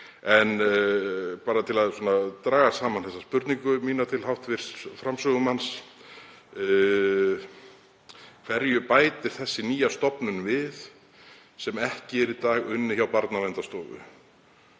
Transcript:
En bara til að draga saman þessa spurningu mína til hv. framsögumanns: Hverju bætir þessi nýja stofnun við sem ekki er í dag unnið hjá Barnaverndarstofu?